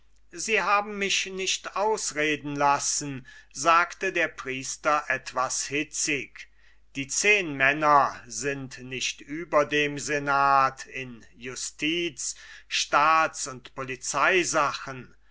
sie haben mich nicht ausreden lassen sagte der priester etwas hitzig die zehnmänner sind nicht über den senat in justiz staats und